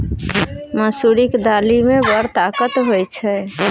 मसुरीक दालि मे बड़ ताकत होए छै